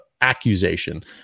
accusation